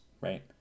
right